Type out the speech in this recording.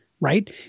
right